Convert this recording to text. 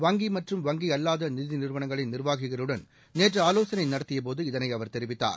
வங்கி மற்றும் வங்கி அல்லாத நிதிநிறுவனங்களின் நிர்வாகிகளுடன் நேற்று ஆவோசனை நடத்திய போது இதனை அவர் தெரிவித்தார்